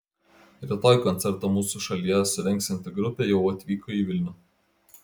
rytoj koncertą mūsų šalyje surengsianti grupė jau atvyko į vilnių